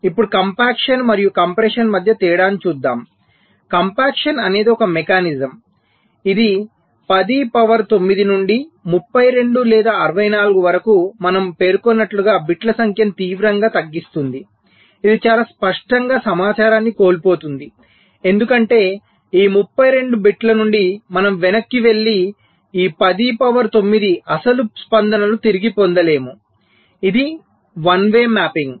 ఇప్పుడు కంప్యాక్షన్ మరియు కంప్రెషన్ మధ్య తేడాను చూద్దాం కంప్యాక్షన్ అనేది ఒక మెకానిజం ఇది 10 పవర్ 9 నుండి 32 లేదా 64 వరకు మనం పేర్కొన్నట్లుగా బిట్ల సంఖ్యను తీవ్రంగా తగ్గిస్తుంది ఇది చాలా స్పష్టంగా సమాచారాన్ని కోల్పోతుంది ఎందుకంటే ఈ 32 బిట్ల నుండి మనం వెనక్కి వెళ్లి ఈ 10 పవర్ 9 అసలు స్పందనలు తిరిగి పొందలేము ఇది వన్ వే మ్యాపింగ్